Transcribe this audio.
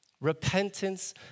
Repentance